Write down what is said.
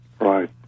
right